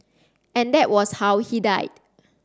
and that was how he died